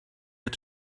had